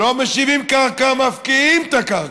לא משיבים קרקע, מפקיעים את הקרקע,